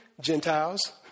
Gentiles